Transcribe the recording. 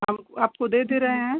हम आपको देदे रहे हैं